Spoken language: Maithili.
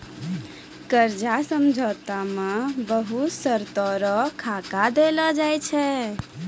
कर्जा समझौता मे बहुत शर्तो रो खाका देलो जाय छै